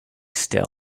still